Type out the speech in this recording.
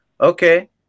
Okay